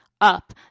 up